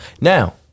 Now